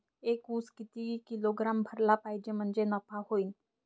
एक उस किती किलोग्रॅम भरला पाहिजे म्हणजे नफा होईन?